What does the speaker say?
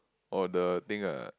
oh the thing ah